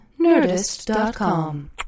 Nerdist.com